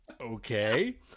Okay